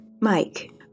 Mike